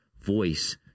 voice